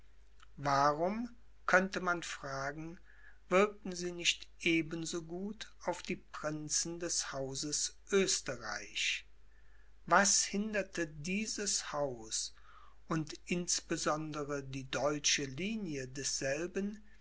warum könnte man fragen wirkten sie nicht eben so gut auf die prinzen des hauses oesterreich was hinderte dieses haus und insbesondere die deutsche linie desselben